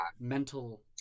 mental